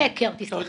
שקר.